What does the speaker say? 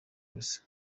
ubusa